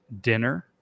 dinner